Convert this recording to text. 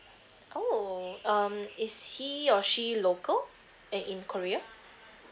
oh um is he or she local eh in korea